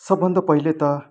सबभन्दा पहिले त